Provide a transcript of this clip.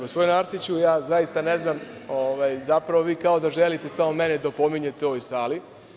Gospodine Arsiću, zaista ne znam, zapravo vi kao da želite samo mene da opominjete u ovoj sali.